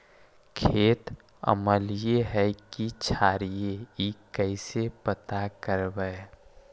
खेत अमलिए है कि क्षारिए इ कैसे पता करबै?